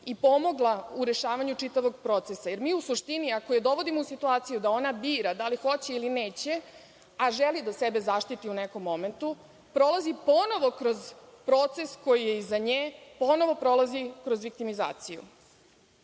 i pomogla u rešavanju čitavog procesa? U suštini, ako je dovodimo u situaciju da ona bira da li hoće ili neće, a želi da sebe zaštiti u nekom momentu, prolazi ponovo kroz proces koji je iza nje, ponovo prolazi kroz viktimizaciju. Ovaj